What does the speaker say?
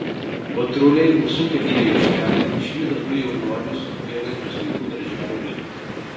patruliai užsukę į aikštelę išvydo du jaunuolius bėgančius vaikų darželio link